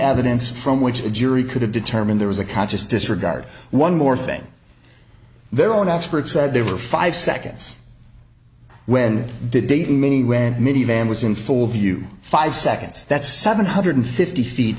evidence from which the jury could have determined there was a conscious disregard one more thing their own expert said there were five seconds when dating meaning red minivan was in full view five seconds that's seven hundred fifty feet